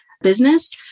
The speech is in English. business